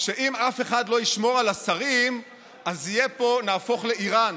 שאם אף אחד לא ישמור על השרים אז נהפוך לאיראן,